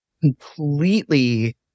completely